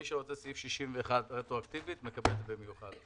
מי שמבקש לעניין סעיף 61 רטרואקטיבית מקבל במיוחד.